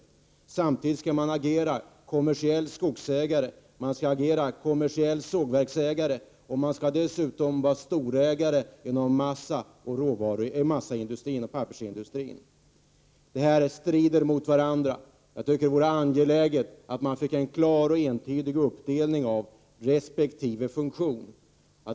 På samma gång skall man alltså agera som kommersiell skogsägare, som kommersiell sågverksägare och som storägare inom massaoch pappersindustrin. Dessa intressen strider mot varandra. Det vore i stället angeläget att åstadkomma en klar och entydig uppdelning av resp. funktion.